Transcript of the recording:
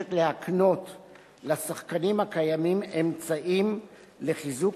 מבקשת להקנות לשחקנים הקיימים אמצעים לחיזוק